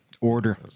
Order